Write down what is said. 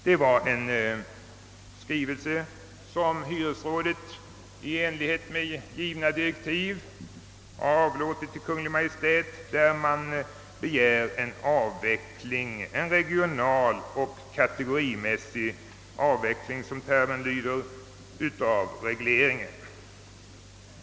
Det var en skrivelse som hyresrådet i enlighet med givna direktiv avlåtit till Kungl. Maj:t, där man begär en avveckling — en regional och kategorimässig avveckling, som termen lyder — av regleringen.